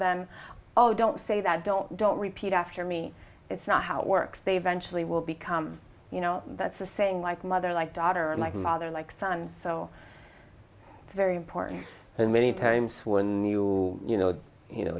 them oh don't say that don't don't repeat after me it's not how it works they venture they will become you know that's a saying like mother like daughter and like mother like son so very important and many times when you you know you know